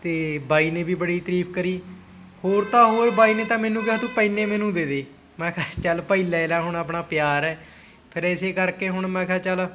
ਅਤੇ ਬਾਈ ਨੇ ਵੀ ਬੜੀ ਤਰੀਫ ਕਰੀ ਹੋਰ ਤਾਂ ਹੋਰ ਬਾਈ ਨੇ ਤਾਂ ਮੈਨੂੰ ਕਿਹਾ ਤੂੰ ਪੈੱਨ ਏ ਮੈਨੂੰ ਦੇ ਦੇ ਮੈਂ ਕਿਹਾ ਚੱਲ ਭਾਈ ਲੈ ਲਾ ਹੁਣ ਆਪਣਾ ਪਿਆਰ ਹੈ ਫੇਰ ਇਸ ਕਰਕੇ ਹੁਣ ਮੈਂ ਕਿਹਾ ਚੱਲ